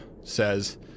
says